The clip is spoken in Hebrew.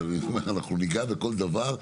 ואני אומר, אנחנו ניגע בכל דבר.